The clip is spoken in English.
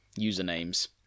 usernames